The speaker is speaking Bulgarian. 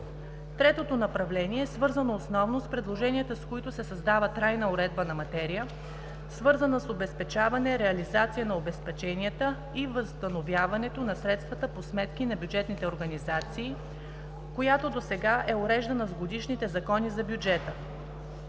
Третото направление е свързано основно с предложенията, с които се създава трайна уредба на материя, свързана с обезпечаване, реализация на обезпеченията и възстановяването на средствата по сметки на бюджетните организации, която досега е уреждана с годишните закони за бюджета.